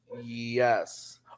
Yes